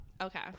Okay